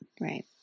right